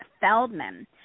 feldman